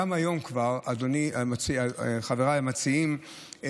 חבריי המציעים,